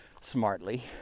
smartly